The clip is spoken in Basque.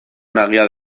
nagia